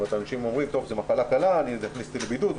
אנשים אומרים: זו מחלה קלה, זה יכניס אותי לבידוד.